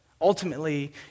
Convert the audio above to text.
Ultimately